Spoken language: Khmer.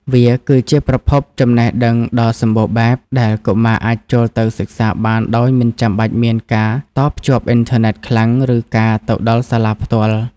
វាគឺជាប្រភពចំណេះដឹងដ៏សម្បូរបែបដែលកុមារអាចចូលទៅសិក្សាបានដោយមិនចាំបាច់មានការតភ្ជាប់អ៊ីនធឺណិតខ្លាំង ឬការទៅដល់សាលាផ្ទាល់។